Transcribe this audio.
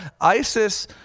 ISIS